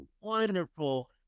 wonderful